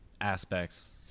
aspects